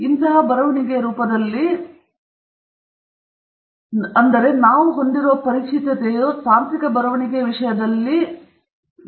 ಆದ್ದರಿಂದ ಇತರ ಬರವಣಿಗೆಯ ರೂಪದಲ್ಲಿ ನಾವು ಹೊಂದಿರುವ ಪರಿಚಿತತೆಯು ವಾಸ್ತವವಾಗಿ ಅದರ ಬಗ್ಗೆ ಅರಿವು ತನಕ ತಾಂತ್ರಿಕ ಬರವಣಿಗೆಯ ವಿಷಯದಲ್ಲಿ ನಮ್ಮ ಅನನುಕೂಲತೆಗೆ ವಾಸ್ತವವಾಗಿ ಕಾರ್ಯನಿರ್ವಹಿಸುತ್ತದೆ